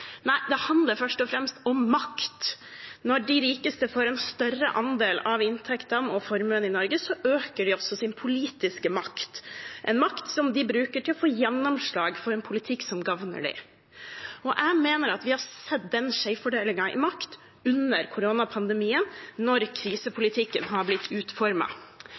Nei, det handler først og fremst om makt. Når de rikeste får en større andel av inntektene og formuen i Norge, øker de også sin politiske makt, en makt som de bruker til å få gjennomslag for en politikk som gagner dem. Jeg mener at vi har sett den skjevfordelingen i makt under koronapandemien når krisepolitikken har blitt